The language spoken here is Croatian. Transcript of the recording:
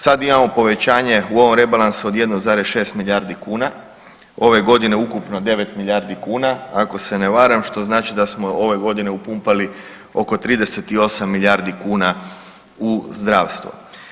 Sad imamo povećanje u ovom rebalansu od 1,6 milijardi kuna, ove godine ukupno 9 milijardi kuna ako se ne varam, što znači da smo ove godine upumpali oko 38 milijardi kuna u zdravstvo.